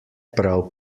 prav